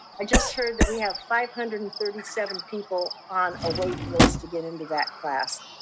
i just heard that we have five hundred and thirty seven people on a wait list to get into that class.